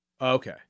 Okay